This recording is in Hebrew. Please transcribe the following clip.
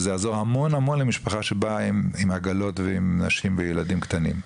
וזה יעזור המון המון למשפחה שבאה עם עגלות ועם נשים וילדים קטנים.